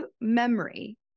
memory